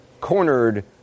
cornered